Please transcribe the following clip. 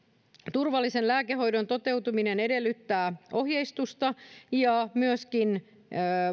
turvallisen lääkehoidon toteutuminen edellyttää ohjeistusta ja myöskin